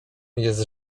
jest